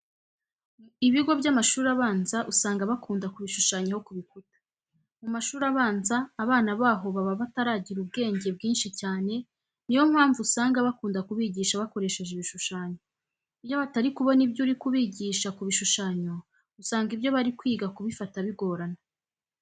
Ibigo by'amashuri abanza usanga bakunda kubishushanyaho ku bikuta. Mu mashuri abanza abana baho baba bataragira ubwenge bwinshi cyane, niyo mpamvu usanga bakunda kubigisha bakoresheje ibishushanyo. Iyo batari kubona ibyo uri kubigisha ku bishushanyo usanga ibyo bari kwiga kubifata bigorana.